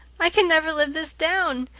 i can never live this down.